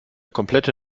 komplette